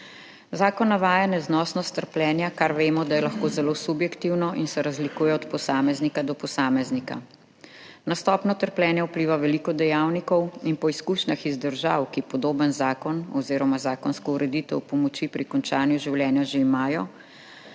Zakon navaja neznosnost trpljenja, kar vemo, da je lahko zelo subjektivno in se razlikuje od posameznika do posameznika. Na stopnjo trpljenja vpliva veliko dejavnikov in po izkušnjah iz držav, ki podoben zakon oziroma zakonsko ureditev pomoči pri končanju življenja že imajo,